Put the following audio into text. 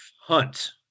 hunt